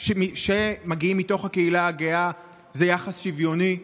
שמגיעים מתוך הקהילה הגאה זה יחס שוויוני?